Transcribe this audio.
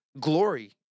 Glory